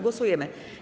Głosujemy.